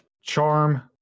charm